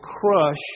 crush